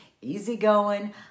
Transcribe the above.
easygoing